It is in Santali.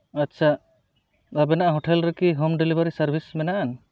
ᱟᱪᱪᱷᱟ ᱟᱵᱮᱱᱟᱜ ᱦᱳᱴᱮᱞ ᱨᱮᱠᱤ ᱦᱳᱢ ᱰᱮᱞᱤᱵᱷᱟᱨᱤ ᱥᱟᱨᱵᱷᱤᱥ ᱢᱮᱱᱟᱜᱼᱟ